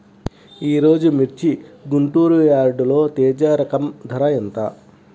ఈరోజు మిర్చి గుంటూరు యార్డులో తేజ రకం ధర ఎంత?